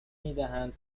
میدهند